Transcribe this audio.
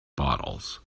bottles